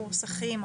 קורס אחים,